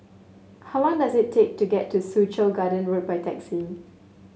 how long does it take to get to Soo Chow Garden Road by taxi